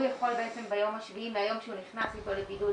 הוא יכול בעצם ביום ה-7 מהיום שהוא נכנס איתו לבידוד,